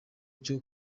cyo